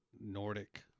Nordic